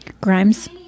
Grimes